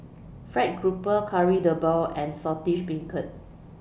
Fried Grouper Kari Debal and Saltish Beancurd